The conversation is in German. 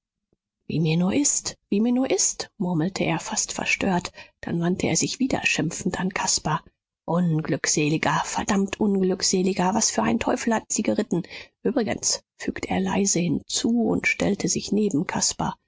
wie mir nur ist wie mir nur ist murmelte er fast verstört dann wandte er sich wieder schimpfend an caspar unglückseliger verdammt unglückseliger was für ein teufel hat sie geritten übrigens fügte er leise hinzu und stellte sich neben